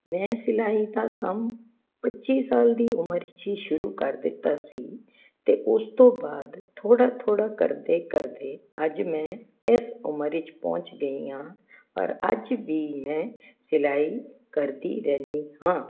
ਮੈਂ ਸਿਲਾਈ ਦਾ ਕੰਮ ਪੱਚੀ ਸਾਲ ਦੀ ਉਮਰ 'ਚ ਹੀ ਸ਼ੁਰੂ ਕਰ ਦਿੱਤਾ ਸੀ ਅਤੇ ਉਸ ਤੋਂ ਬਾਅਦ ਥੋੜ੍ਹਾ ਥੋੜ੍ਹਾ ਕਰਦੇ ਕਰਦੇ ਅੱਜ ਮੈਂ ਇਸ ਉਮਰ ਵਿਚ ਪਹੁੰਚ ਗਈ ਹਾਂ ਪਰ ਅੱਜ ਵੀ ਮੈਂ ਸਿਲਾਈ ਕਰਦੀ ਰਹਿੰਦੀ ਹਾਂ